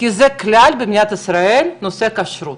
כי זה כלל במדינת ישראל נושא הכשרות,